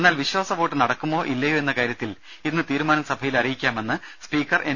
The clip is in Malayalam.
എന്നാൽ വിശ്വാസവോട്ട് നടക്കുമോ ഇല്ലയോ എന്ന കാര്യത്തിൽ ഇന്ന് തീരുമാനം സഭയിൽ അറിയിക്കാമെന്ന് സ്പീക്കർ എൻ